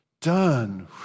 Done